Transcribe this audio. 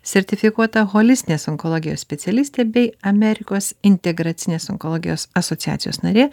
sertifikuota holistinės onkologijos specialistė bei amerikos integracinės onkologijos asociacijos narė